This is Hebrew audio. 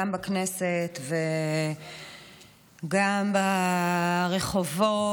גם בכנסת וגם ברחובות,